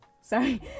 sorry